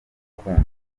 urukundo